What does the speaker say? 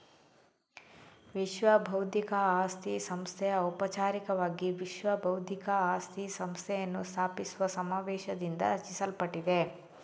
ವಿಶ್ವಬೌದ್ಧಿಕ ಆಸ್ತಿ ಸಂಸ್ಥೆ ಔಪಚಾರಿಕವಾಗಿ ವಿಶ್ವ ಬೌದ್ಧಿಕ ಆಸ್ತಿ ಸಂಸ್ಥೆಯನ್ನು ಸ್ಥಾಪಿಸುವ ಸಮಾವೇಶದಿಂದ ರಚಿಸಲ್ಪಟ್ಟಿದೆ